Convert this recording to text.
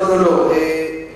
לא, לא, לא.